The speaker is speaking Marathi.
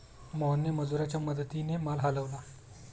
मोहनने मजुरांच्या मदतीने माल हलवला